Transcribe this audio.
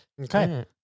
Okay